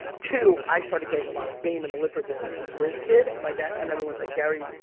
two, i started getting a lot of fame in the liquor business like whiz kid. and my dad and everyone's like gary,